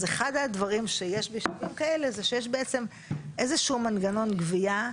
אז אחד הדברים שיש באלה זה שיש בעצם איזה שהוא מנגנון גבייה,